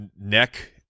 neck